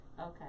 Okay